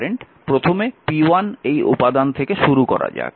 এটি প্রথমে p1 এই উপাদান থেকে শুরু করা যাক